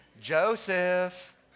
Joseph